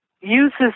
uses